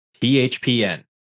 THPN